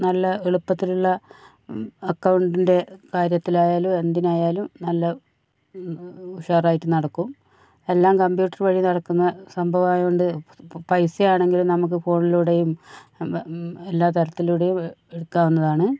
നല്ല എളുപ്പത്തിലുള്ള അക്കൗണ്ടിന്റെ കാര്യത്തിലായാലും എന്തിനായാലും നല്ല ഉഷാറായിട്ട് നടക്കും എല്ലാം കമ്പ്യൂട്ടർ വഴി നടക്കുന്ന സംഭവമായതുണ്ട് പൈസയാണെങ്കിലും നമുക്ക് ഫോണിലൂടെയും എല്ലാതരത്തിലൂടെയും എടുക്കാവുന്നതാണ്